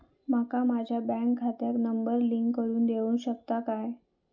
माका माझ्या बँक खात्याक नंबर लिंक करून देऊ शकता काय?